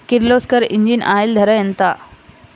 Kirloskar engine oil ధర ఎంత?